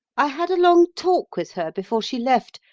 i had a long talk with her before she left,